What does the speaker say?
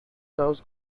serves